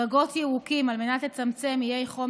גגות ירוקים על מנת לצמצם איי חום